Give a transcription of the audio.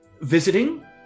visiting